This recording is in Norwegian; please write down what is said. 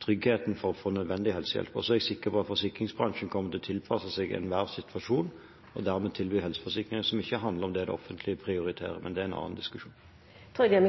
tryggheten for å få nødvendig helsehjelp. Så er jeg sikker på at forsikringsbransjen kommer til å tilpasse seg enhver situasjon og dermed tilby helseforsikringer som ikke handler om det det offentlige prioriterer. Men det er en annen diskusjon. Jeg takker